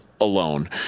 alone